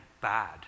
bad